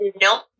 nope